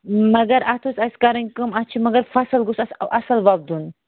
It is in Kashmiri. مگر اتھ ٲسۍ اَسہِ کَرٕنۍ کٲم اتھ چھُ مگر فصل گوٚژھ اتھ اصٕل وۄبدُن